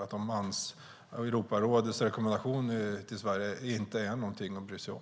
Är Europarådets rekommendation till Sverige inte någonting att bry sig om?